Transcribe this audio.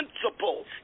principles